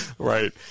Right